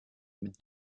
mit